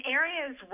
areas